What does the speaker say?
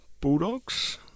Bulldogs